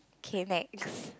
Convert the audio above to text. K next